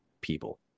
people